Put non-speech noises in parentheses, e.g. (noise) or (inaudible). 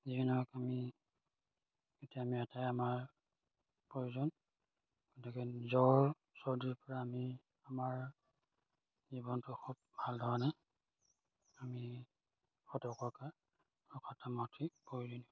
যিকি নহওক আমি এতিয়া আমি এটাই আমাৰ প্ৰয়োজন গতিকে নিজৰ চৰ্দিৰ পৰা আমি আমাৰ জীৱনটো খুব ভালধৰণে আমি (unintelligible) প্ৰয়োজনীয়